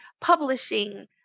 publishing